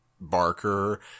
Barker